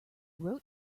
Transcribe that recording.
wrote